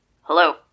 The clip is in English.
Hello